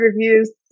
reviews